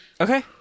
Okay